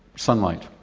sunlight.